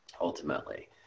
ultimately